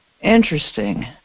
Interesting